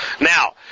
Now